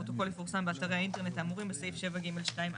הפרוטוקול יפורסם באתרי האינטרנט האמורים בסעיף 7(ג)(2)(א).